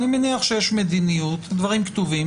אני מניח שיש מדיניות, הדברים כתובים